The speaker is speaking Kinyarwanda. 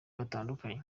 batandukanye